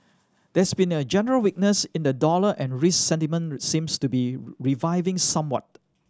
there's been a general weakness in the dollar and risk sentiment seems to be reviving somewhat